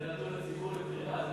זה נתון לציבור לבחירה,